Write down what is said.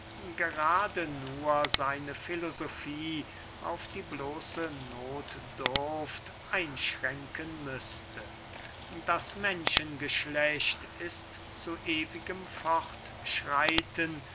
gerade nur seine filosofie auf die bloße nothdurft einschränken müßte das menschengeschlecht ist zu ewigem